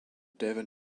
devon